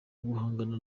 guhangana